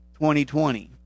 2020